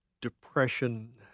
depression